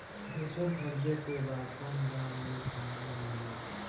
Thresher खरीदे के बा कम दाम में कहवा मिली?